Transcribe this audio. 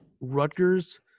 rutgers